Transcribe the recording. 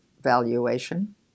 valuation